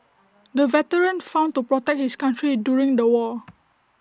the veteran fought to protect his country during the war